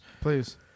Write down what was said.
Please